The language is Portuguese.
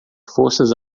forças